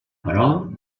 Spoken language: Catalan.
però